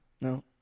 No